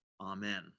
amen